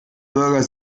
bürger